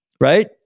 right